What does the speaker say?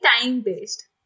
time-based